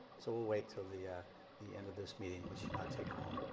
so we'll wait till the ah the end of this meeting and which should not take long.